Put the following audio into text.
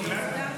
גלעד,